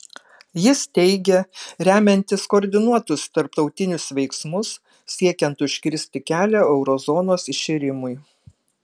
jis teigė remiantis koordinuotus tarptautinius veiksmus siekiant užkirsti kelią euro zonos iširimui